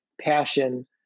passion